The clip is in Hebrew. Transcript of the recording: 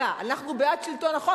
אנחנו בעד שלטון החוק,